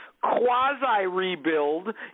quasi-rebuild